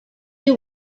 you